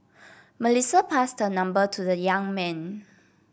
Melissa passed her number to the young man